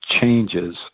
changes